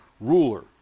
ruler